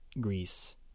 Greece